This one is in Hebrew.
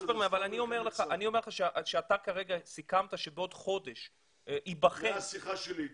אבל אני אומר לך שאתה כרגע סיכמת שבעוד חודש- -- מהשיחה שלי אתו,